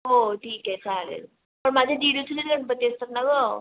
हो ठीक आहे चालेल पण माझे दीडच दिवसाचे गणपती असतात ना गं